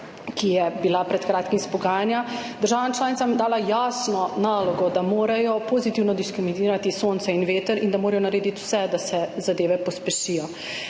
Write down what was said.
ki je bila pred kratkim izpogajana, državam članicam dala jasno nalogo, da morajo pozitivno diskriminirati sonce in veter in da morajo narediti vse, da se zadeve pospešijo.